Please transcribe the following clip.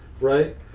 right